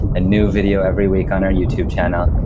a new video every week on our youtube channel.